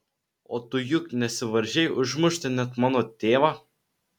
o tu juk nesivaržei užmušti net mano tėvą